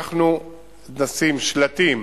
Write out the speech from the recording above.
אנחנו נשים שלטים